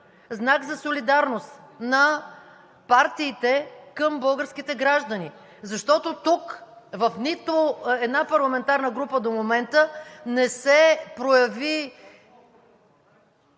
знак за солидарност, на партиите към българските граждани. Защото тук в нито една парламентарна група до момента не се прояви